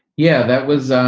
yeah, that was ah